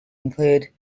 include